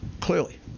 clearly